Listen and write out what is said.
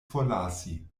forlasi